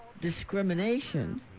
discrimination